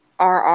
rr